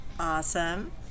awesome